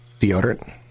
deodorant